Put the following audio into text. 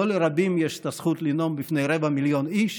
לא לרבים יש את הזכות לנאום בפני רבע מיליון איש